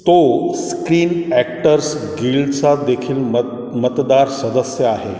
तो screen actors गिलचा देखील मत मतदार सदस्य आहे